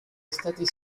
estati